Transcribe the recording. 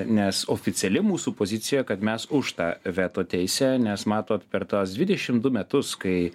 nes oficiali mūsų pozicija kad mes už tą veto teisę nes matot per tuos dvidešim du metus kai